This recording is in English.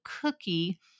cookie